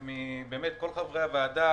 כל חברי הוועדה,